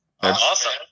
Awesome